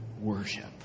worship